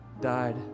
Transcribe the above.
died